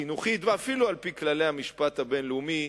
החינוכית ואפילו על-פי כללי המשפט הבין-לאומי,